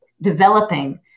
developing